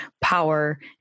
power